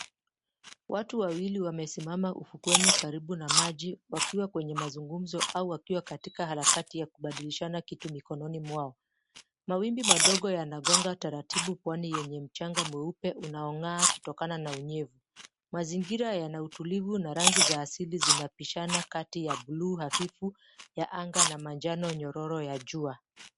Watu wawili wamesimama ufukweni karibu na maji wakiwa kwenye mazungumzo au wakiwa katika harakati yakubadilishana kitu mikononi mwao. Mawimbi madogo yanagonga taratibu kwani yenye mchanga mweupe unaong'aa kutokana na unyevu. Mazingira yana utulivu na rangi za asidi zinabishana kati ya bluu hafifu ya anga na manjano nyororo ya jua.